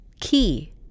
key